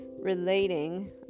relating